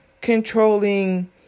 controlling